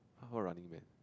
how about Running-Man